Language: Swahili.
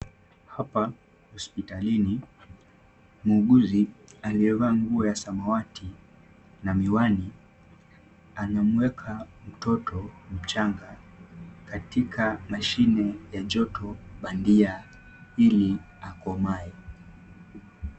Hapa ni hospitalini. Muuguzi aliyevaa nguo ya samawati na miwani, anamweka mtoto mchanga katika mashine ya joto mbandia ili akomae.